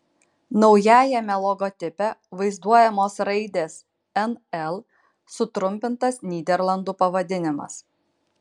naujajame logotipe vaizduojamos raidės nl sutrumpintas nyderlandų pavadinimas